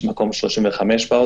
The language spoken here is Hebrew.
מקום 35 בעולם.